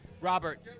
Robert